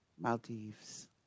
Maldives